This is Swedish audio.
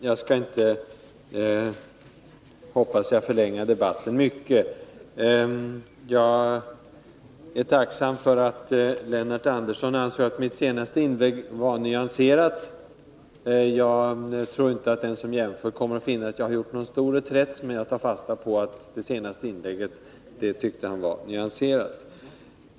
Herr talman! Jag skall inte, hoppas jag, förlänga debatten mycket. Jag är tacksam för att Lennart Andersson ansåg att mitt senaste inlägg var nyanserat. Jag tror inte att den som jämför kommer att finna att jag har gjort någon stor reträtt, men jag tar fasta på att Lennart Andersson tyckte att det senaste inlägget var nyanserat.